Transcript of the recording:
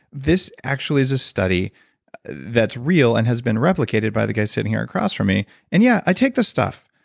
this actually is a study that's real and has been replicated by the guy sitting here across from me and yeah, i take this stuff.